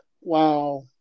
Wow